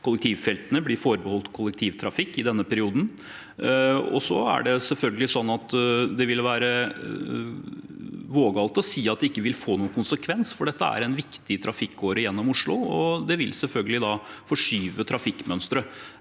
kollektivfeltene blir forbeholdt kollektivtrafikk i denne perioden. Det er selvfølgelig sånn at det ville være vågalt å si at det ikke vil få noen konsekvenser. Dette er en viktig trafikkåre gjennom Oslo, og det vil selvfølgelig forskyve trafikkmønsteret.